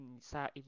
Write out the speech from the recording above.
sa